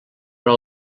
però